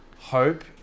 hope